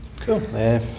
Cool